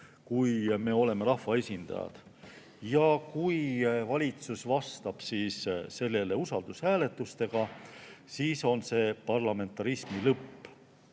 kui me oleme rahvaesindajad. Ja kui valitsus vastab sellele usaldushääletustega, siis on see parlamentarismi lõpp.